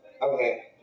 Okay